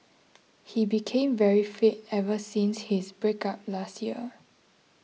he became very fit ever since his breakup last year